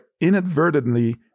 inadvertently